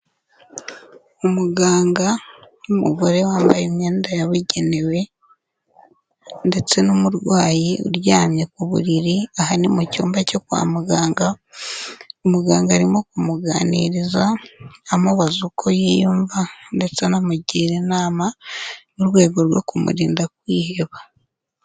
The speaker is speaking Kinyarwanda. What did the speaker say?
Umuganga w'umugore wambaye imyenda yabugenewe ndetse n'umurwayi uryamye ku buriri, aha ni mu cyumba cyo kwa muganga muganga arimo kumuganiriza amubaza uko yiyumva ndetse anamugira inama mu rwego rwo kumurinda kwiheba.